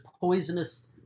poisonous